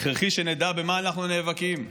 הכרחי שנדע במה אנחנו נאבקים,